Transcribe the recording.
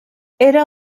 era